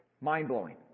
Mind-blowing